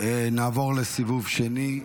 נעבור לסיבוב שני.